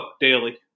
daily